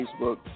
Facebook